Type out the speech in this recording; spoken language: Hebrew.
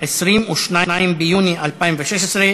22 ביוני 2016,